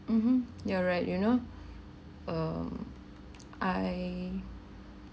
mmhmm you're right you know um I